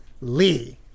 Lee